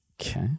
Okay